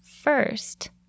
first